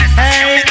hey